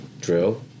drill